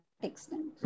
extent